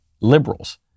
liberals